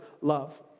love